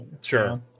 sure